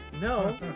no